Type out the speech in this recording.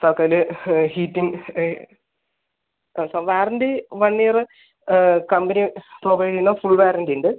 പകല് ഹീറ്റിംഗ് ആ sir warranty one year company provide ചെയ്യുന്ന ഫുൾ വാറണ്ടി ഉണ്ട്